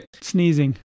sneezing